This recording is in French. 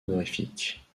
honorifique